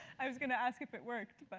i was going to ask if it worked, but.